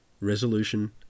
Resolution